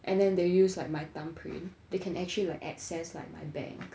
and then they use like my thumb print they can actually like access like my bank